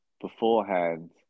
beforehand